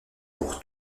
pour